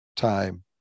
time